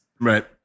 Right